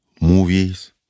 Movies